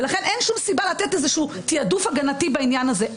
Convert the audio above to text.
לכן אין שום סיבה לתת איזשהו תעדוף הגנתי בעניין הזה,